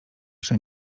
przy